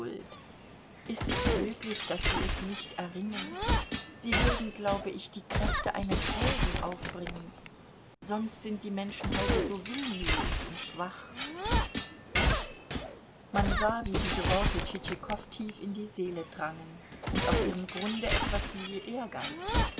ist es möglich daß sie es nicht erringen sie würden glaube ich die kräfte eines helden aufbringen sonst sind die menschen heute so willenlos und schwach man sah wie diese worte tschitschikow tief in die seele drangen und auf ihrem grunde etwas wie ehrgeiz